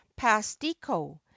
Pastico